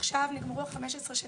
עכשיו נגמרו לה 15 השנים,